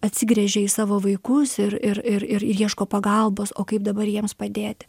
atsigręžia į savo vaikus ir ir ir ir ieško pagalbos o kaip dabar jiems padėti